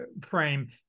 frame